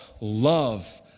love